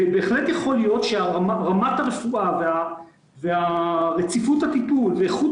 בהחלט יכול להיות שרמת הרפואה ורציפות הטיפול ואיכות